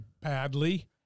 badly